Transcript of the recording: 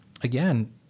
again